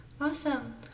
Awesome